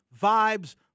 vibes